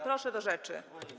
Proszę do rzeczy.